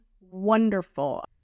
wonderful